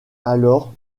alors